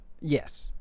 yes